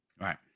right